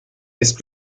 ist